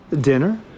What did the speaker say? Dinner